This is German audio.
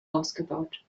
ausgebaut